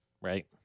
right